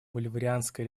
боливарианской